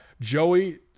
Joey